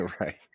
Right